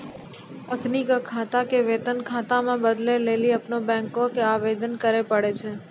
अखिनका खाता के वेतन खाता मे बदलै लेली अपनो बैंको के आवेदन करे पड़ै छै